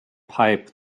pipe